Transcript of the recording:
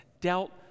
dealt